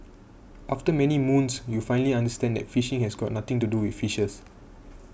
after many moons you finally understood that phishing has got nothing to do with fishes